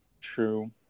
True